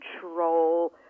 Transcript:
control